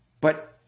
But-